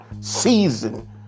season